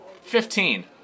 Fifteen